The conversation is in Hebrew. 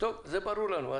זה ברור לנו.